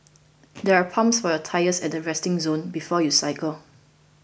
there are pumps for your tyres at the resting zone before you cycle